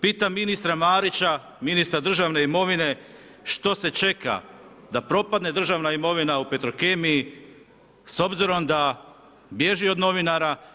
Pitam ministra Marića, ministra državne imovine što se čeka, da propadne državna imovina u Petrokemiji s obzirom da bježi od novinara?